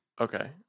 okay